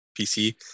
PC